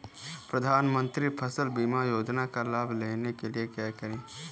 प्रधानमंत्री फसल बीमा योजना का लाभ लेने के लिए क्या करें?